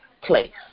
place